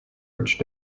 urge